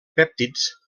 pèptids